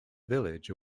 village